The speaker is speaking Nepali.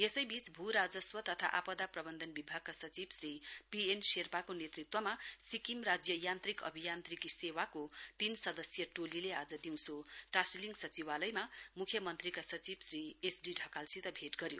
यसौ वीच भू राजस्व तथा आपदा प्रवन्धन विभागका सचिव श्री पीएन शेर्पाको नेतृत्वमा सिक्किम राज्य यान्त्रिक अभियान्त्रिकी सेवाको तीन सदस्यीय टोलीले आज दिउँसो टाशीलिङ सचिवालयमा मुख्यमन्त्रीका सचिव श्री एस डी ढकालसित भेट गर्यो